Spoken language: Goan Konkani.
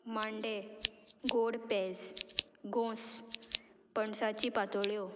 मांडे गोड पेज घोस पणसाची पातोळ्यो